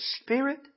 spirit